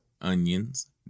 onions